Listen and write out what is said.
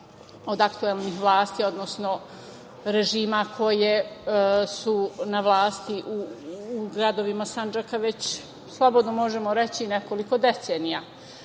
od aktuelnih vlasti, odnosno režima koji je na vlasti u gradovima Sandžaka već, slobodno možemo reći nekoliko decenija. Konkretno